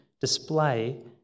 display